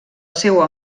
seua